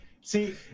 See